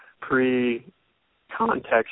pre-context